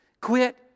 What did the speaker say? Quit